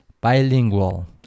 bilingual